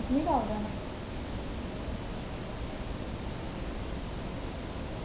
पत्नीटॉप जाना